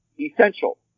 essential